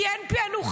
כי אין פיענוחים,